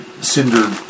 cinder